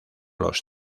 los